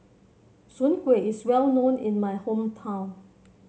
Soon Kuih is well known in my hometown